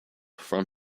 from